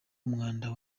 umwanda